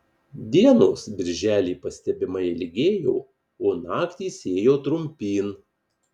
dienos birželį pastebimai ilgėjo o naktys ėjo trumpyn